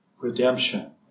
redemption